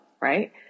right